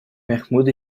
mahmoud